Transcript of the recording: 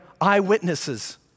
eyewitnesses